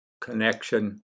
connection